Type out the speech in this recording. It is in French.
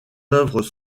œuvres